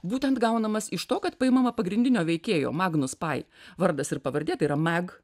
būtent gaunamas iš to kad paimama pagrindinio veikėjo magnus pai vardas ir pavardė tai yra meg